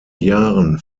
jahren